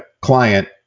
client